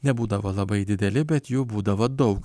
nebūdavo labai dideli bet jų būdavo daug